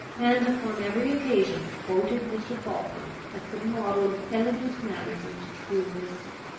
and upon every occasion quoted mr. falkland as the model of elegant manners and true wisdom.